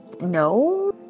no